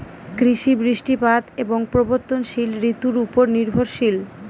কৃষি বৃষ্টিপাত এবং পরিবর্তনশীল ঋতুর উপর নির্ভরশীল